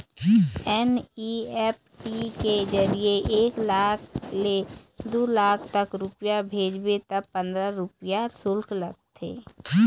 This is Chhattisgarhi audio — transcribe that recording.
एन.ई.एफ.टी के जरिए एक लाख ले दू लाख तक रूपिया भेजबे त पंदरा रूपिया सुल्क लागथे